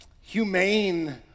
humane